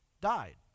died